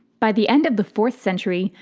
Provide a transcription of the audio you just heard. by the end of the fourth century,